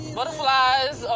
Butterflies